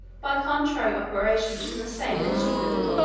by contrary operations from the same instrument.